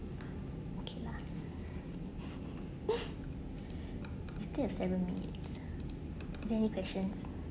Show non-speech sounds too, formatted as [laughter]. okay lah [laughs] still have seven minutes do any question